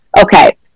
okay